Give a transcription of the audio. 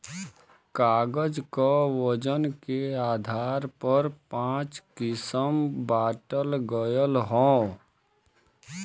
कागज क वजन के आधार पर पाँच किसम बांटल गयल हौ